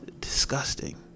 disgusting